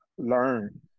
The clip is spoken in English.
learn